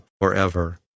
forever